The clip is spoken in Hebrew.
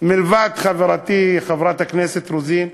מלבד חברתי חברת הכנסת רוזין,